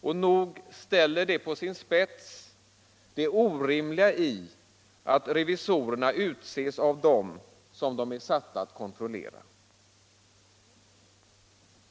Och nog ställer det på sin spets det orimliga i att revisorerna utses av dem som de är satta att kontrollera.